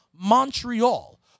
Montreal